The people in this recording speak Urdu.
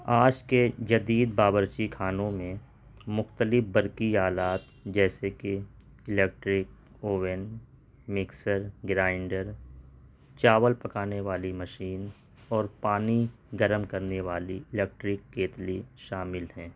آج کے جدید باورچی کھانوں میں مختلف برقی آلات جیسے کہ الیکٹرک اوون مکسر گرائنڈر چاول پکانے والی مشین اور پانی گرم کرنے والی الیکٹرک کیتلی شامل ہیں